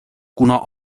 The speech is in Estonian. kuna